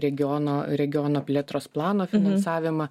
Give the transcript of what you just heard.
regiono regiono plėtros plano finansavimą